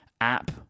app